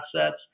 assets